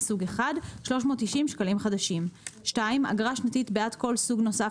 מסוג אחר390 אגרה שנתית בעד כל סוג נוסף